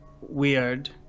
weird